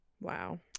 Wow